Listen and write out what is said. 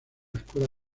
escuela